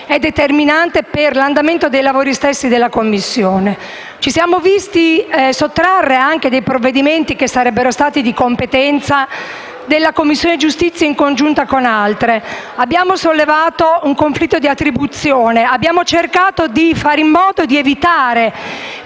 è determinante per l'andamento dei lavori stessi. Ci siamo visti sottrarre anche provvedimenti che sarebbero stati di competenza della Commissione giustizia, riunita con altre; abbiamo sollevato un conflitto di attribuzione e abbiamo cercato di evitare